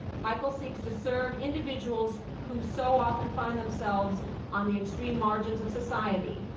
michael seeks to serve individuals who so often find themselves on the extreme margins of society,